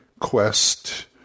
quest